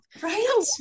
Right